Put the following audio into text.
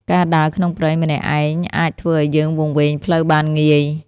ការដើរក្នុងព្រៃម្នាក់ឯងអាចធ្វើឱ្យយើងវង្វេងផ្លូវបានងាយ។